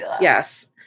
Yes